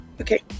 Okay